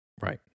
Right